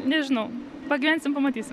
nežinau pagyvensim pamatysim